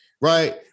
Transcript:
right